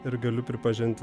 ir galiu pripažint